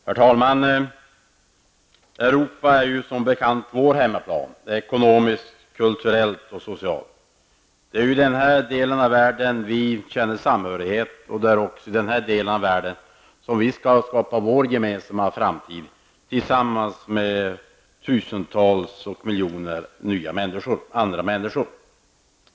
Herr talman! Europa är som bekant vår hemmaplan, ekonomiskt, kulturellt och socialt. Det är ju den delen av världen vi känner samhörighet med, och det är i den delen av världen som vi skall skapa vår framtid tillsammans med miljoner andra människor.